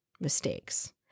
mistakes